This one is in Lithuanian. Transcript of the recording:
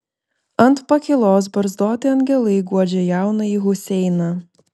ant pakylos barzdoti angelai guodžia jaunąjį huseiną